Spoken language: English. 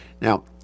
Now